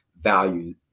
value